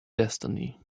destiny